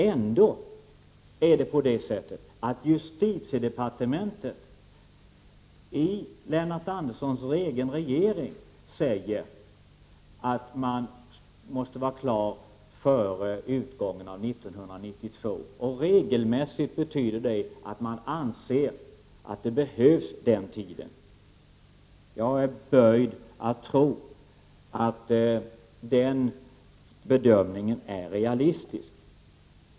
Ändå säger justitiedepartementet i den regering som Lennart Andersson stöder att utredningen måste vara klar före utgången av år 1992. Det betyder regelmässigt att man anser att den tiden behövs. Jag är böjd att tro att den bedömningen är realistisk.